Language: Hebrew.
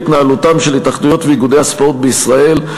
התנהלותם של התאחדויות ואיגודי הספורט בישראל,